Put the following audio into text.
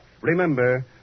Remember